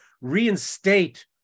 reinstate